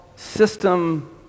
system